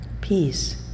peace